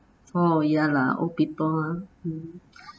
oh ya lah old people ah hmm